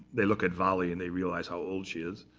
they look at wally, and they realize how old she is.